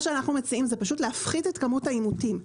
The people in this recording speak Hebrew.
אנחנו מציעים להפחית את כמות האימותים.